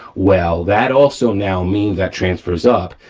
well, that also now means that transfers up,